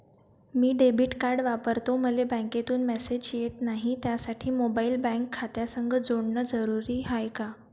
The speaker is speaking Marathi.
मी डेबिट कार्ड वापरतो मले बँकेतून मॅसेज येत नाही, त्यासाठी मोबाईल बँक खात्यासंग जोडनं जरुरी हाय का?